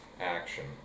action